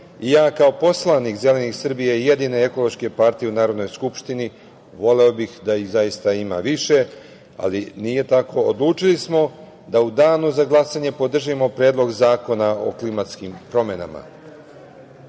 i ja kao poslanik Zelenih Srbije, jedine ekološke partije u Narodnoj skupštini, voleo bih da ih zaista ima više, ali nije tako, odlučili smo da u Danu za glasanje podržimo Predlog zakona o klimatskim promenama. Klimatske